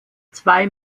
zwei